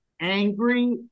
angry